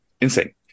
Insane